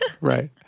right